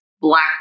black